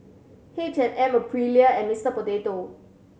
H and M Aprilia and Mister Potato